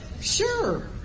Sure